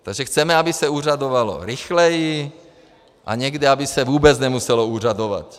Takže chceme, aby se úřadovalo rychleji a někdy aby se vůbec nemuselo úřadovat.